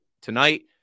Tonight